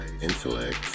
intellect